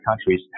countries